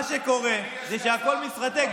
מה שקורה זה שהכול מתפרק.